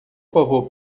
favor